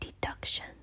deduction